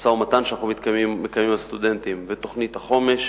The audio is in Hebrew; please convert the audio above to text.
המשא-ומתן שאנחנו מקיימים עם הסטודנטים ותוכנית החומש,